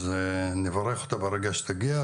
אז נברך אותה ברגע שתגיע,